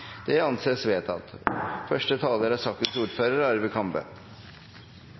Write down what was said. Det anses vedtatt. Første taler er